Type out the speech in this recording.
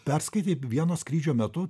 perskaitei vieno skrydžio metu